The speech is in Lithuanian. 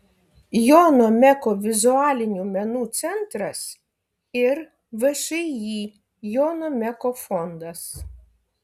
jono meko vizualinių menų centras ir všį jono meko fondas